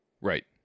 Right